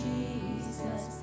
Jesus